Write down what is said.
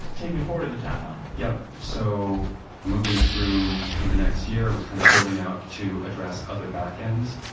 take me forward in the timeline yup. so moving through the next year was kind of building out to address other backends.